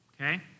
okay